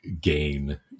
gain